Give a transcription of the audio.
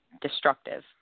destructive